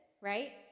right